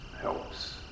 helps